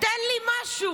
תן לי משהו,